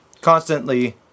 constantly